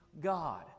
God